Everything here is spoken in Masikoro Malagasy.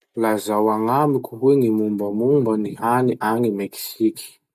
Lazao agnamiko hoe gny mombamomba gny hany agny Meksiky?